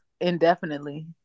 indefinitely